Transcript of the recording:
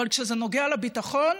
כשזה נוגע לביטחון,